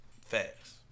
Facts